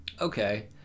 okay